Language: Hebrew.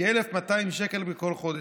כ-1,200 שקל בכל חודש.